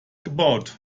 gebaut